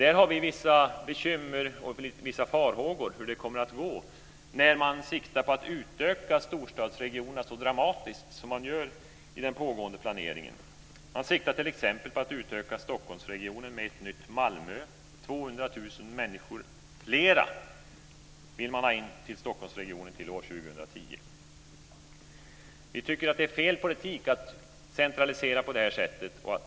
Där har vi vissa bekymmer och farhågor för hur det kommer att gå när man siktar på att utöka storstadsregionerna så dramatiskt som man gör i den pågående planeringen. Man siktar t.ex. på att utöka fler människor vill man ha in till Stockholmsregionen till år 2010.